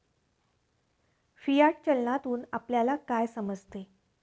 Fiat चलनातून आपल्याला काय समजते?